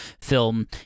film